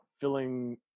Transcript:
filling